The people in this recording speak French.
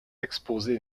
exposées